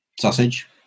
sausage